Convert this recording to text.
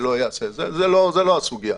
זאת לא הסוגיה.